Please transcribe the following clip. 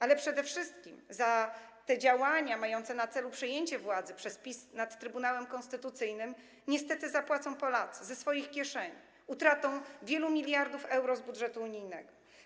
Ale przede wszystkim za te działania mające na celu przejęcie władzy przez PiS nad Trybunałem Konstytucyjnym niestety zapłacą Polacy - ze swoich kieszeni - utratą wielu miliardów euro z budżetu unijnego.